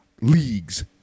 leagues